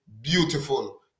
beautiful